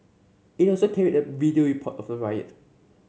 it also carried a video report of the riot